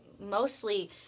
mostly